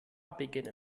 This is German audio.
beginnen